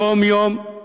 יום-יום, שעה-שעה,